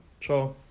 Ciao